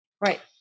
Right